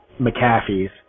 McAfee's